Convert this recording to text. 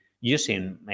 using